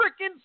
freaking